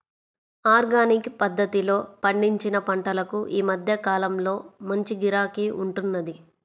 organic పద్ధతిలో పండించిన పంటలకు ఈ మధ్య కాలంలో మంచి గిరాకీ ఉంటున్నది